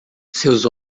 seus